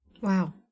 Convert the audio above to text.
Wow